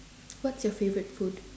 what's your favorite food